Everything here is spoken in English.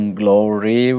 glory